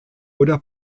oder